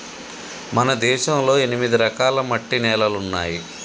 మన దేశంలో ఎనిమిది రకాల మట్టి నేలలున్నాయి